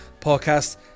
podcast